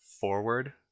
forward